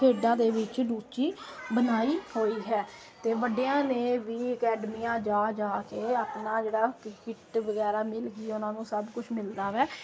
ਖੇਡਾਂ ਦੇ ਵਿੱਚ ਰੁਚੀ ਬਣਾਈ ਹੋਈ ਹੈ ਤੇ ਵੱਡਿਆਂ ਨੇ ਵੀ ਅਕੈਡਮੀਆਂ ਜਾ ਜਾ ਕੇ ਆਪਣਾ ਜਿਹੜਾ ਕਿੱਟ ਵਗੈਰਾ ਮਿਲ ਗਈ ਉਹਨਾਂ ਨੂੰ ਸਭ ਕੁਝ ਮਿਲਦਾ ਵੈ